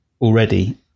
already